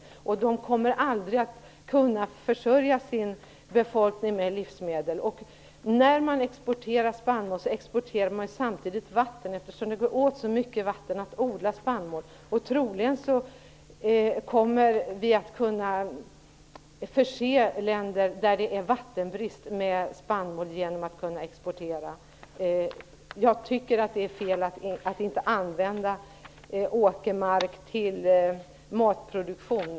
I dessa länder kommer man aldrig att kunna försörja sin befolkning med livsmedel. När man exporterar spannmål, exporterar man samtidigt vatten. Det går nämligen åt väldigt mycket vatten vid odling av spannmål. Troligen kommer vi att kunna förse länder där det är vattenbrist med spannmål genom export. Jag tycker att det är fel att inte använda åkermark till odlingar för matproduktion.